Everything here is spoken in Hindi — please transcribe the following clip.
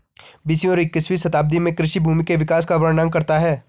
बीसवीं और इक्कीसवीं शताब्दी में कृषि भूमि के विकास का वर्णन करता है